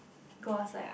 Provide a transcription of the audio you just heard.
go outside